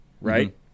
right